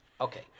Okay